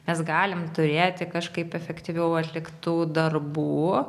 mes galim turėti kažkaip efektyviau atliktų darbų